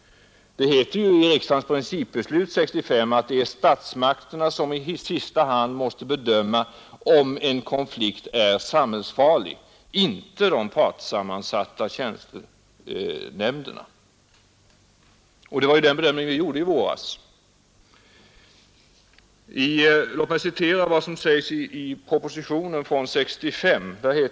Det heter ju i riksdagens principbeslut 1965, att det är statsmakterna som i sista hand maste bedöma om en konflikt är samhällsfarlig, inte de partsammansatta tjänstenämnderna. Det var ocksa den bedömningen vi gjorde i varas. Låt mig citera vad som sägs i propositionen år 1965.